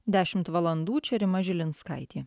dešimt valandų čia rima žilinskaitė